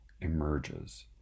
emerges